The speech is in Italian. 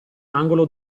angolo